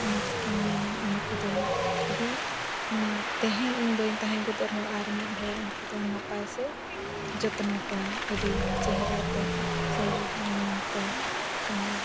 ᱚᱱᱟ ᱪᱤᱠᱟᱹᱧ ᱢᱮᱱᱮ ᱩᱱᱠᱩ ᱫᱚ ᱟᱹᱰᱤ ᱢᱟᱱᱮ ᱛᱮᱦᱮᱧ ᱤᱧ ᱵᱟᱹᱧ ᱛᱟᱦᱮᱸ ᱜᱚᱫᱚᱜ ᱨᱮᱦᱚᱸ ᱟᱨ ᱢᱤᱫ ᱦᱚᱲ ᱩᱱᱠᱩ ᱫᱚ ᱱᱟᱯᱟᱭ ᱥᱮ ᱡᱚᱛᱱᱚ ᱠᱚᱣᱟᱭ ᱟᱹᱰᱤ ᱪᱮᱦᱨᱟ ᱛᱮ ᱥᱟᱹᱨᱤ ᱛᱤᱧ ᱢᱮᱱᱛᱮ ᱟᱨ